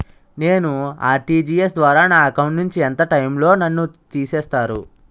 నేను ఆ.ర్టి.జి.ఎస్ ద్వారా నా అకౌంట్ నుంచి ఎంత టైం లో నన్ను తిసేస్తారు?